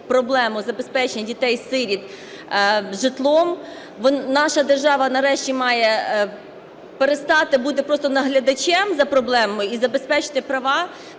проблему забезпечення дітей-сиріт житлом. Наша держава нарешті має перестати бути просто наглядачем за проблемою і забезпечити права